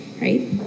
right